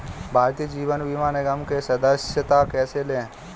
भारतीय जीवन बीमा निगम में सदस्यता कैसे लें?